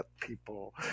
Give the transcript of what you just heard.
people